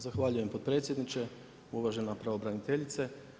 Zahvaljujem potpredsjedniče, uvažena pravobraniteljice.